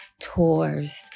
tours